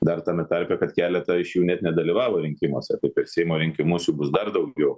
dar tame tarpe kad keletą iš jų net nedalyvavo rinkimuose kaip ir seimo rinkimuos jų bus dar daugiau